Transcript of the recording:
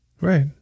right